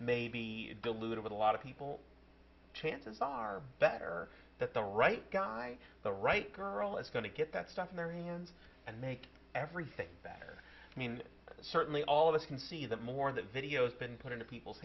may be diluted with a lot of people chances are better that the right guy the right girl is going to get that stuff marion's and make everything better i mean certainly all of us can see that more of the videos been put into people's